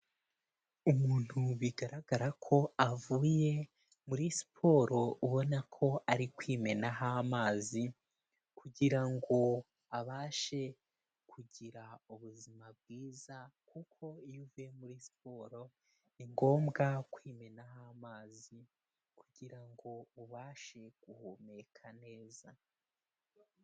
Umuntu bigaragara ko avuye muri siporo ubona ko ari kwimenaho amazi, kugira ngo abashe kugira ubuzima bwiza, kuko iyo uvuye muri siporo ni ngombwa kwimenaho amazi kugira ngo ubashe guhumeka neza.